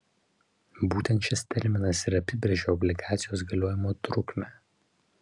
būtent šis terminas ir apibrėžia obligacijos galiojimo trukmę